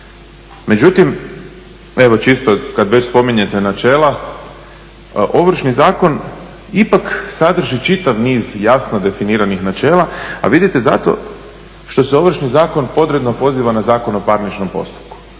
Međutim, evo čisto kad već spominjete načela, Ovršni zakon ipak sadrži čitav niz jasno definiranih načela, a vidite zato što se Ovršni zakon … poziva na Zakon o parničnom postupku